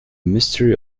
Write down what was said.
mystery